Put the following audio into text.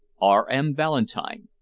r m. ballantyne.